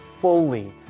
fully